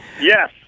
Yes